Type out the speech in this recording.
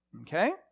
okay